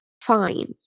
fine